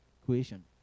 creation